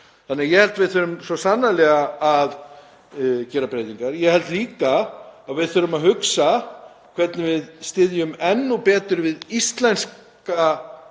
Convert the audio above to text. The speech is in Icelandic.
Þannig að ég held við þurfum svo sannarlega að gera breytingar. Ég held líka að við þurfum að hugsa hvernig við styðjum enn betur við íslenska